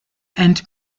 and